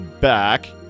Back